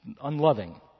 unloving